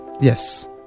Yes